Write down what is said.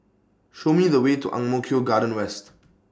Show Me The Way to Ang Mo Kio Garden West